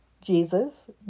Jesus